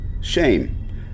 Shame